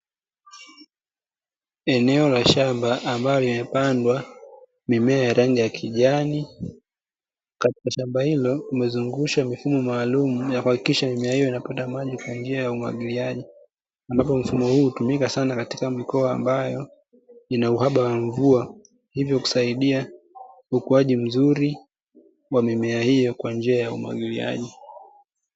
Eneo la shamba ambalo limepandwa mimea ya rangi ya kijani. Katika shamba hilo kumezungushwa mifumo maalumu ya kuhakikisha mimea inapata maji kwa njia ya umwagiliaji, ambapo mfumo huu hutumika sana katika mikoa ambayo ina uhaba wa mvua hivyo kusaidia ukuaji mzuri wa mimea hiyo kwa njia ya umwagiliaji.